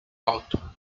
alto